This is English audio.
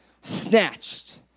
Snatched